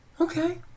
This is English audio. Okay